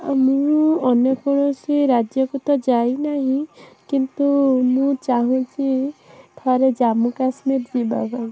ଆଉ ମୁଁ ଅନ୍ୟ କୌଣସି ରାଜ୍ୟକୁ ତ ଯାଇ ନାହିଁ କିନ୍ତୁ ମୁଁ ଚାହୁଁଛି ଥରେ ଜମୁ କାଶ୍ମୀର ଯିବାପାଇଁ